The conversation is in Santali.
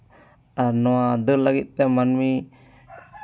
ᱟᱨ ᱱᱚᱶᱟ ᱫᱟᱹᱲ ᱞᱟᱹᱜᱤᱫ ᱛᱮ ᱢᱟᱹᱱᱢᱤ